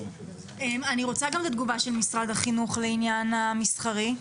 אני רוצה גם את התגובה של משרד החינוך לעניין המסחרי.